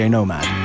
Nomad